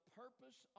purpose